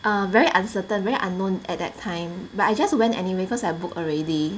err very uncertain very unknown at that time but I just went anyway cause I book already